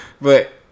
But-